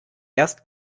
erst